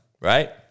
right